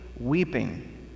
weeping